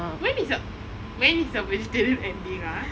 when is your when is your vegetarian ending ah